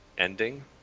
ending